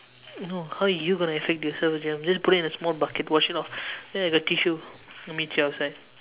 no how are you affect yourself I'm just going to put in a small bucket wash it off there I got tissue I'll meet you outside